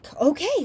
okay